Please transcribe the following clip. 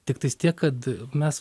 tiktais tiek kad mes